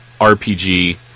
RPG